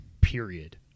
Period